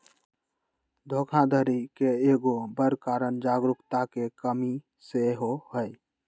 धोखाधड़ी के एगो बड़ कारण जागरूकता के कम्मि सेहो हइ